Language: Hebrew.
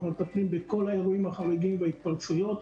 אנחנו מטפלים בכל האירועים החריגים בהתפרצויות.